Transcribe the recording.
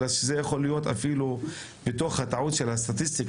אלא שזה יכול להיות אפילו טעות של הסטטיסטיקה.